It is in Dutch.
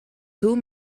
toe